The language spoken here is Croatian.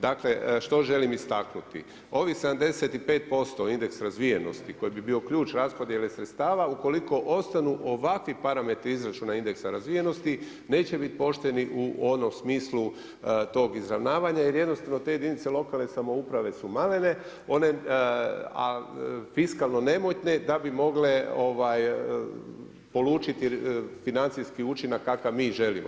Dakle što želim istaknuti, ovih 75% indeks razvijenosti koji bi bio ključ raspodjele sredstava ukoliko ostanu ovakvi parametri izračuna indeksa razvijenosti neće biti pošteni u onom smislu tog izravnavanja jer jednostavno te jedinice lokalne samouprave su malene, a fiskalno nemoćne da bi mogle polučiti financijski učinak kakav mi želimo.